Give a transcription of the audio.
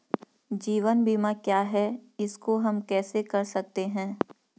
जीवन बीमा क्या है इसको हम कैसे कर सकते हैं?